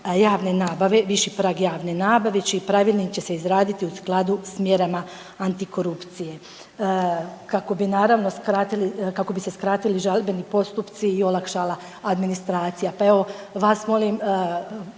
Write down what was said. javne nabave, viši prag javne nabave čiji pravilnik će se izraditi u skladu sa mjerama antikorupcije kako bi naravno skratili, kako bi se skratili žalbeni postupci i olakšala administracija.